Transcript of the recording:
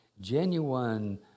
genuine